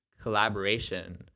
collaboration